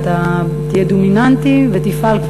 ואתה תהיה דומיננטי ותפעל,